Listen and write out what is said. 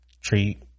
Treat